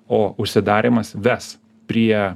o užsidarymas ves prie